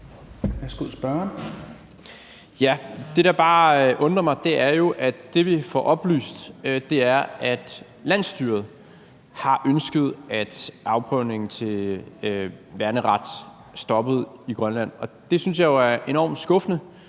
Ja, det, der bare undrer mig, er, at det, vi får oplyst, er, at landsstyret har ønsket, at afprøvningen til værneret stoppede i Grønland. Og jeg synes jo, det er enormt skuffende,